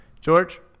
george